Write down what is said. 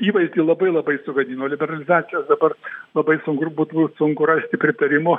įvaizdį labai labai sugadino liberalizacijos dabar labai sunku ir būtų sunku rasti pritarimo